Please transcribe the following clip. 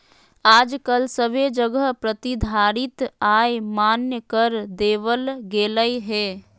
आजकल सभे जगह प्रतिधारित आय मान्य कर देवल गेलय हें